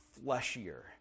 fleshier